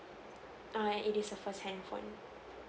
err it is a first handphone